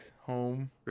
home